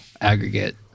aggregate